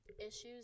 issues